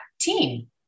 team